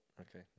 Okay